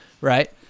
right